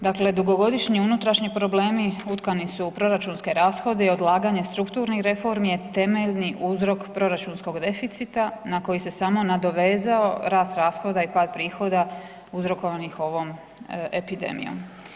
Dakle, dugogodišnji unutrašnji problemi utkani u proračunske rashode i odlaganje strukturnih reformi je temeljni uzrok proračunskog deficita na koji se samo nadovezao rast rashoda i pad prihoda uzrokovanih ovom epidemijom.